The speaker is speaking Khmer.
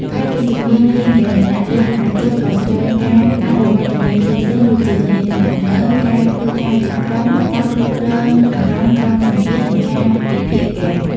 ក្រៅពីជំនាញលេងហ្គេម អ្នកលេងអាជីពក៏ត្រូវការ អភិវឌ្ឍជំនាញផ្សេងៗ ដូចជាជំនាញទំនាក់ទំនង ការធ្វើការជាក្រុម ការគ្រប់គ្រងអារម្មណ៍ក្រោមសម្ពាធ និងការវិភាគហ្គេម។